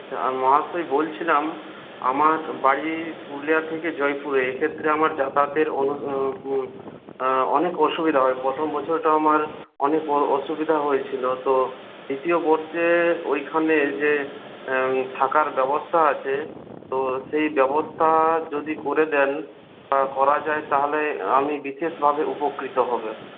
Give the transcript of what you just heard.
আচ্ছা মহাশয় বলছিলাম আমার বাড়ি পুরুলিয়া থেকে জয়পুরে এক্ষেত্রে আমার যাতায়াতের অনেক অসুবিধা হয় প্রথম বছরটো আমার অনেক বড় অসুবিধা হয়েছিল তো দ্বিতীয় বর্ষে ওইখানে যে থাকার ব্যবস্থা আছে তো সেই ব্যবস্থা যদি করে দেন বা করা যায় তাহলে আমি বিশেষভাবে উপকৃত হবে